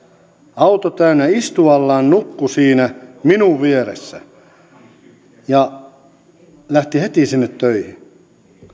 auto täynnä istuallaan nukkuivat siinä minun vieressäni ja lähtivät heti sinne töihin